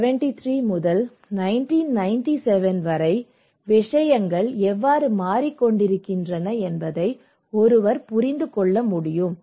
1973 முதல் 1997 வரை விஷயங்கள் எவ்வாறு மாறிக்கொண்டிருக்கின்றன என்பதை ஒருவர் புரிந்து கொள்ள முடியும்